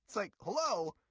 like, hello,